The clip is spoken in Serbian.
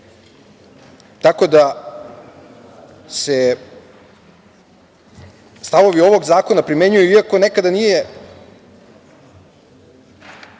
tako da se stavovi ovog zakona primenjuju iako nekada nije